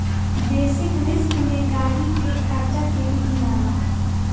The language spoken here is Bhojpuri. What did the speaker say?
बेसिक रिस्क में गाड़ी के खर्चा के भी गिनाला